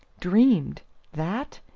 dreamed that!